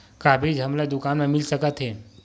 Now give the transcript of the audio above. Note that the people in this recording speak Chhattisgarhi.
का बीज हमला दुकान म मिल सकत हे?